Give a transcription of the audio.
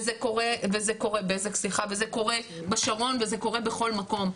וזה קורה בשרון וזה קורה בכל מקום.